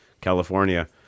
California